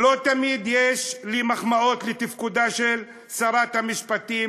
לא תמיד יש לי מחמאות לתפקודה של שרת המשפטים,